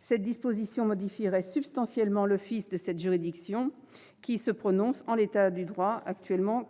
Cette disposition modifierait substantiellement l'office de cette juridiction qui ne prononce, en l'état du droit,